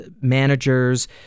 managers